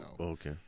Okay